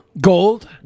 Gold